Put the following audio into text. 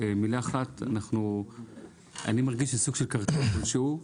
אני מרגיש סוג של קרטל כלשהו,